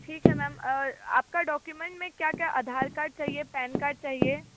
ठीक है मैम आपका डॉक्यूमेंट में क्या क्या आधार कार्ड चाहिए पेनकार्ड चाहिए